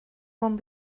one